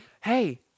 hey